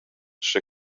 sche